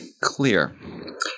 clear